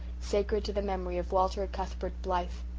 sacred to the memory of walter ah cuthbert blythe,